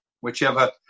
whichever